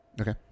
okay